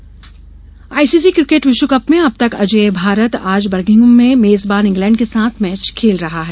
विश्वकप cricket ICC cricket विश्व cup में अब तक अजेय भारत आज बर्मिंघम में मेज़बान इंग्लैंड के साथ मैच खेल रहा है